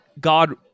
God